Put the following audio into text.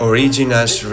Originals